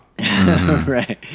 Right